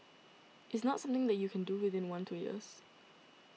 it's not something that you can do within one two years